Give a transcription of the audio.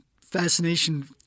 fascination